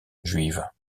juive